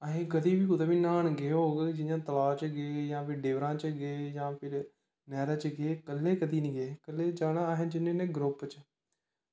अस कदें बी कुुदै बी न्हान गे होग जियां तलाऽ च गे जां फ्ही डिबरां च गे जां फिर नैह्रा च गे कल्ले कदैं नी गे कल्ले जाना अस जन्ने होन्ने ग्रुप च